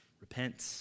Repent